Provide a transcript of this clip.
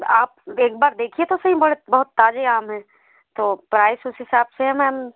आप एक बार देखिए तो सही बड़े बहुत ताज़े आम हैं तो प्राइस उस हिसाब से है मैम